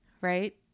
right